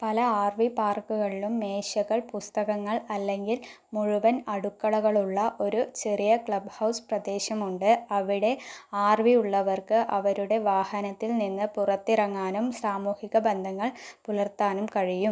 പല R V പാർക്കുകളിലും മേശകൾ പുസ്തകങ്ങൾ അല്ലെങ്കിൽ മുഴുവൻ അടുക്കളകളുള്ള ഒരു ചെറിയ ക്ലബ് ഹൗസ് പ്രദേശമുണ്ട് അവിടെ ആർ വി ഉള്ളവർക്ക് അവരുടെ വാഹനത്തിൽ നിന്ന് പുറത്തിറങ്ങാനും സാമൂഹിക ബന്ധങ്ങൾ പുലർത്താനും കഴിയും